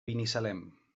binissalem